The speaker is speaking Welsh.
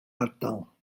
ardal